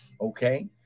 Okay